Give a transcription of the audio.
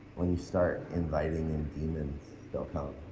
when you start inviting in demons, they'll come